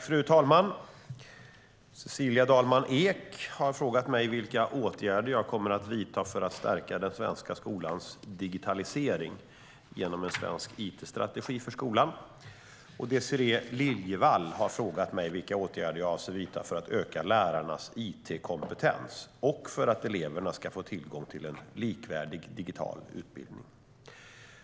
Fru talman! Cecilia Dalman Eek har frågat mig vilka åtgärder jag kommer att vidta för att stärka den svenska skolans digitalisering genom en svensk it-strategi för skolan. Désirée Liljevall har frågat mig vilka åtgärder jag avser att vidta för att öka lärarnas it-kompetens och för att eleverna ska få tillgång till en likvärdig digital utbildning. Fru talman!